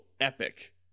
epic